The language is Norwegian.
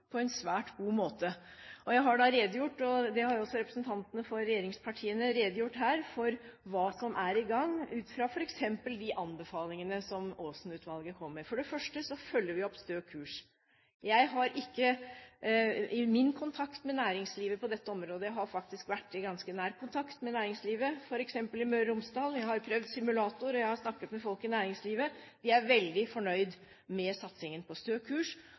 på en svært god måte. Jeg har redegjort for – og det har også representanter for regjeringspartiene gjort – hva som er i gang, ut fra f.eks. de anbefalingene som Aasen-utvalget kom med. For det første følger vi opp Stø kurs. Jeg har faktisk vært i ganske nær kontakt med næringslivet, f.eks. i Møre og Romsdal – jeg har prøvd simulator og snakket med folk i næringslivet. De er veldig fornøyd med satsingen på Stø kurs.